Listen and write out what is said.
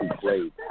played